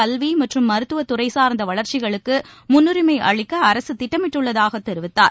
கல்வி மற்றும் மருத்துவ துறை சார்ந்த வளர்ச்சிகளுக்கு முன்னுரிமை அளிக்க அரசு திட்டமிட்டுள்ளதாக தெரிவித்தார்